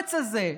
השרץ הזה?